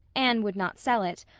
anne would not sell it,